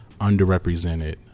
underrepresented